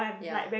ya